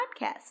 podcast